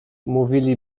mówili